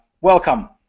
Welcome